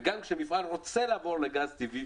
וגם כשמפעל רוצה לעבור לגז טבעי,